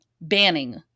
banning